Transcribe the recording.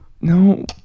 No